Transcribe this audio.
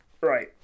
right